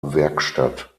werkstatt